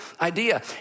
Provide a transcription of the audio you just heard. idea